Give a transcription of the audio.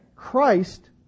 Christ